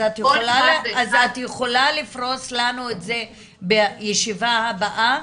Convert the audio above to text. אז את יכולה לפרוס לנו את זה בישיבה הבאה,